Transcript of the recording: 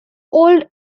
old